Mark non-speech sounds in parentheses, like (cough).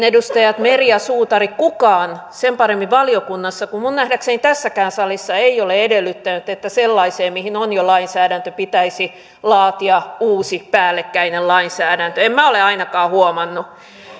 (unintelligible) edustajat meri ja suutari kukaan sen paremmin valiokunnassa kuin minun nähdäkseni tässäkään salissa ei ole edellyttänyt että sellaiseen mihin on jo lainsäädäntö pitäisi laatia uusi päällekkäinen lainsäädäntö en minä ainakaan ole huomannut